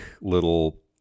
little